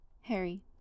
Harry